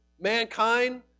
Mankind